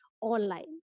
online